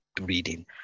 reading